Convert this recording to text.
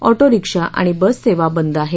autorickshaw आणि बससेवा बंद आहेत